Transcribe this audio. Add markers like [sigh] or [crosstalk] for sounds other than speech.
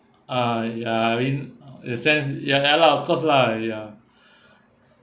uh ya I mean in a sense ya ya lah of course lah ya [breath]